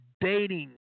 dating